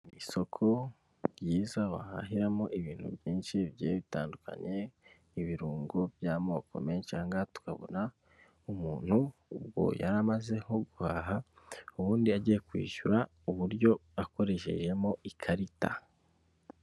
Isoko ryiza wahahiramo ibintu byinshi bigiye bitandukanye, ibirungo by'amoko menshi, aha ngaha tukabona umuntu, ubwo yari amaze guhaha ubundi agiye kwishyura uburyo akoreshejemo ikarita.